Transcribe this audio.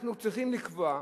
אנחנו צריכים לקבוע,